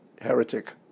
heretic